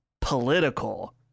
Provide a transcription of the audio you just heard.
political